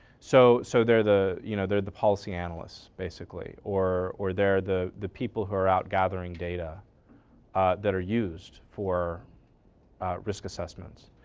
so so they're the you know they're the policy analysts, basically. or or they're the the people who are out gathering data that are used for risk assessments.